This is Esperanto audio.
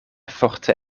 forte